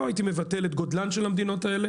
לא הייתי מבטל את גודלן של המדינות האלה